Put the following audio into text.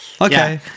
Okay